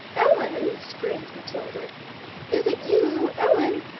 ellen! screamed matilda is it you, ellen?